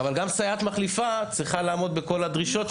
גם סייעת מחליפה צריכה לעמוד בכל הדרישות.